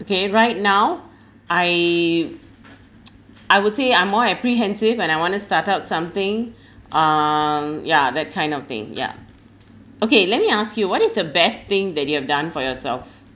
okay right now I I would say I'm more apprehensive when I want to start out something um ya that kind of thing yeah okay let me ask you what is the best thing that you have done for yourself